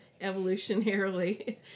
evolutionarily